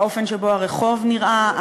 האופן שבו הרחוב נראה,